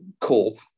call